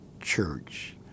church